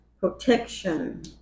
protection